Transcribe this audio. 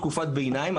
בתקופת ביניים,